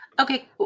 okay